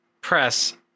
press